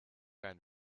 ein